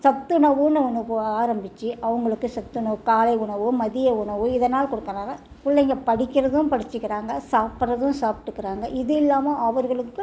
சத்துணவுன்னு ஒன்று ஆரம்பித்து அவங்களுக்கு சத்துணவு காலை உணவு மதிய உணவு இதல்லாம் கொடுக்குறாங்க பிள்ளைங்க படிக்கிறதும் படித்துக்கிறாங்க சாப்பிட்றதும் சாப்பிட்டுக்குறாங்க இது இல்லாமல் அவர்களுக்கு